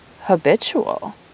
habitual